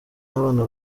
abana